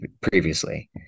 previously